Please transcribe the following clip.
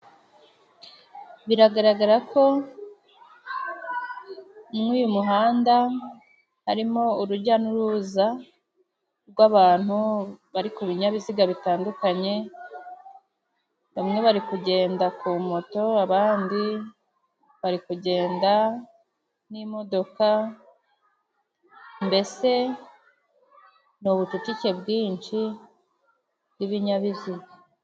Biragaragara ko muri uyu muhanda harimo urujya n'uruza rw'abantu bari ku binyabiziga bitandukanye; bamwe bari kugenda ku moto, abandi bari kugenda n'imodoka mbese ni ubucucike bwinshi bw'ibinyabiziga.